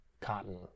Cotton